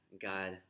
God